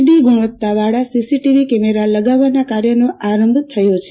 D ગુણવત્તાવાળા CC TV camera લગાવવાના કાર્યોનો પ્રારંભ થયો છે